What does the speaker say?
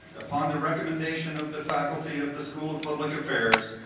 upon the recommendation of the faculty of the school of public affairs,